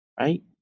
Right